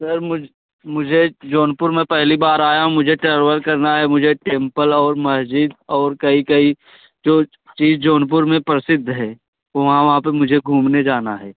sir मुझ मुझे जौनपुर में पहली बार आया हूँ मुझे टरवल करना है मुझे टेम्पल और मस्जिद और कई कई जो चीज़ जौनपुर में प्रसिद्ध है वहाँ वहाँ पर मुझे घूमने जाना है